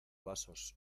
vasos